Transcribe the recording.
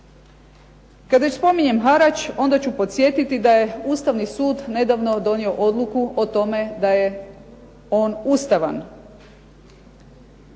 Kad već spominjem harač onda ću podsjetiti da je Ustavni sud nedavno donio odluku o tom e da je on ustavan.